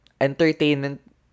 Entertainment